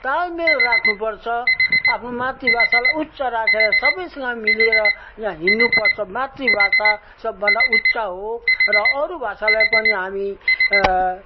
तालमेल राख्नुपर्छ आफ्नो मातृभाषालाई उच्च राखेर सबैसँग बोलेर यहाँ हिँड्नुपर्छ मातृभाषा सबभन्दा उच्च हो र अरू भाषालाई पनि हामी